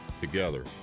together